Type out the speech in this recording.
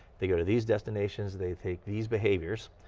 they go to these destinations, they take these behaviors.